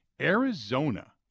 Arizona